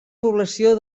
població